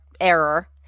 error